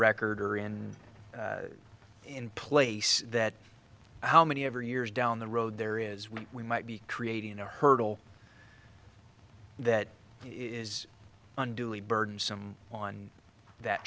record or in in place that how many ever years down the road there is what we might be creating a hurdle that is unduly burdensome on that